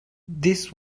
this